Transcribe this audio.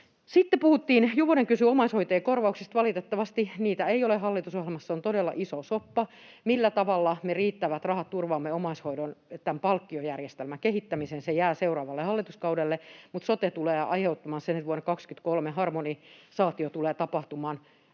Sitten puhuttiin — Juvonen kysyi — omaishoitajien korvauksista. Valitettavasti niitä ei ole hallitusohjelmassa. Se on todella iso soppa, millä tavalla me turvaamme riittävät rahat tämän omaishoidon palkkiojärjestelmän kehittämiseen. Se jää seuraavalle hallituskaudelle. Mutta sote tulee aiheuttamaan sen, että vuonna 23 tulee tapahtumaan